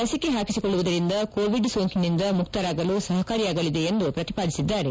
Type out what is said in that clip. ಲಸಿಕೆ ಹಾಕಿಸಿಕೊಳ್ಳುವುದರಿಂದ ಕೋವಿಡ್ ಸೋಂಕಿನಿಂದ ಮುಕ್ತರಾಗಲು ಸಹಕಾರಿಯಾಗಲಿದೆ ಎಂದು ಶ್ರತಿಪಾದಿಸಿದ್ದಾರೆ